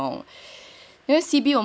因为 C_B